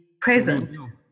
present